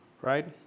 Right